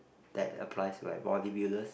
that applies to like body builders